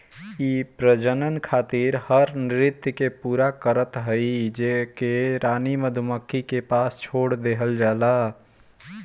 इ प्रजनन खातिर हर नृत्य के पूरा करत हई जेके रानी मधुमक्खी के पास छोड़ देहल जाला